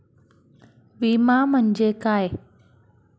विमा म्हणजे काय?